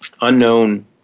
unknown